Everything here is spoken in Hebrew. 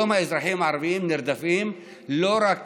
היום אזרחים ערבים נרדפים לא רק